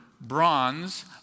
bronze